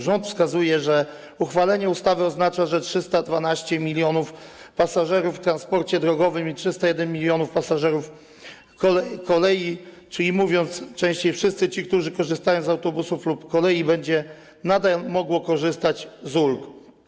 Rząd wskazuje, że uchwalenie ustawy oznacza, że 312 mln pasażerów w transporcie drogowym i 301 mln pasażerów kolei, czyli inaczej mówiąc: wszyscy ci, którzy korzystają z autobusów lub kolei, będą nadal mogli korzystać z ulg.